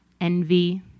envy